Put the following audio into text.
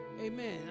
amen